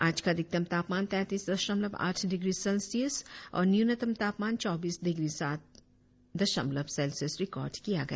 आज का अधिकतम तापमान तैंतीस दशमलव आठ डिग्री सेल्सियस और न्यूनतम तापमान चौंबीस डिग्री सात दशमलव सेल्सियस रिकार्ड किया गया